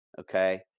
okay